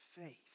faith